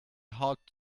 hot